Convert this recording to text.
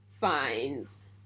finds